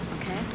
okay